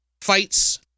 fights